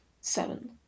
seven